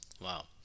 Wow